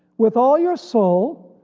with all your soul,